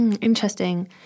Interesting